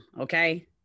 Okay